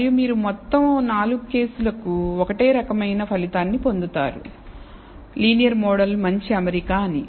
మరియు మీరు మొత్తం 4 కేసులకు ఒకటే రకమైన ఫలితాన్ని పొందుతారు లీనియర్ మోడల్ మంచి అమరిక అని